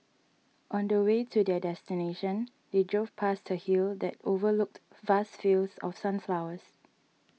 on the way to their destination they drove past a hill that overlooked vast fields of sunflowers